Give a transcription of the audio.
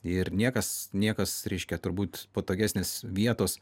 ir niekas niekas reiškia turbūt patogesnės vietos